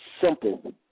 Simple